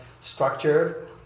structured